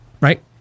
right